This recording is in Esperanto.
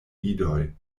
idoj